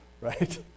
right